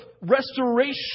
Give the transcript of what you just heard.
restoration